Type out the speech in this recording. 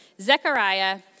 Zechariah